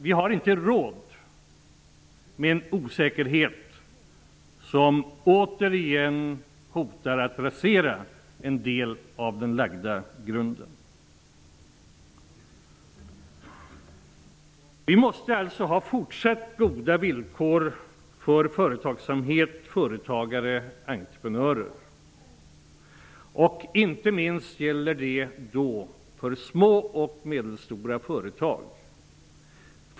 Vi har inte råd med en osäkerhet som återigen hotar att rasera en del av den lagda grunden. Vi måste ha fortsatt goda villkor för företagsamhet, företagare och entreprenörer. Inte minst gäller det små och medelstora företag.